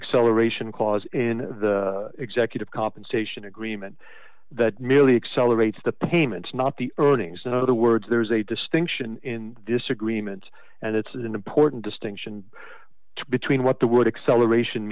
acceleration clause in the executive compensation agreement that merely accelerates the payments not the earnings in other words there's a distinction in disagreement and it's an important distinction between what the word acceleration